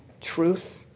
truth